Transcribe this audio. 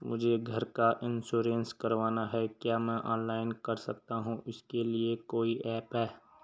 मुझे घर का इन्श्योरेंस करवाना है क्या मैं ऑनलाइन कर सकता हूँ इसके लिए कोई ऐप है?